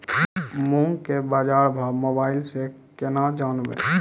मूंग के बाजार भाव मोबाइल से के ना जान ब?